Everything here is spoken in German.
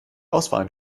auswahl